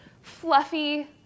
fluffy